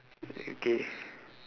okay